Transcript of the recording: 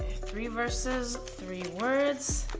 three versus, three words.